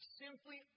simply